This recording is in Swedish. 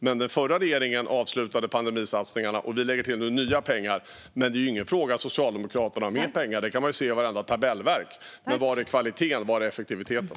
Men den förra regeringen avslutade pandemisatsningarna, och vi lägger nu till nya pengar. Frågan är inte om Socialdemokraterna har mer pengar - det kan man se i vartenda tabellverk. Men var är kvaliteten, och var är effektiviteten?